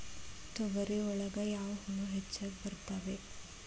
ತೊಗರಿ ಒಳಗ ಯಾವ ಹುಳ ಹೆಚ್ಚಾಗಿ ಬರ್ತವೆ?